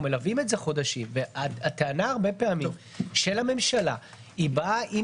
אנחנו מלווים את זה חודשים והטענה של הממשלה הרבה פעמים היא באה עם